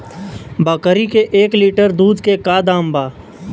बकरी के एक लीटर दूध के का दाम बा?